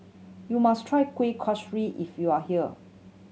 you must try Kuih Kaswi if you are here